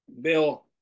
Bill